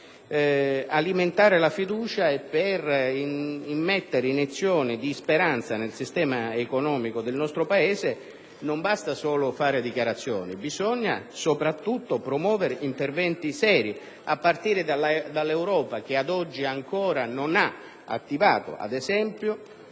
per alimentare la fiducia e per immettere iniezioni di speranza nel sistema economico del nostro Paese, non basta fare solo dichiarazioni, bisogna soprattutto promuovere interventi seri, a partire dell'Europa, che ad oggi ancora non ha posto in essere, ad esempio,